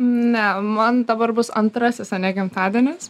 ne man dabar bus antrasis ane gimtadienis